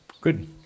good